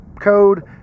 code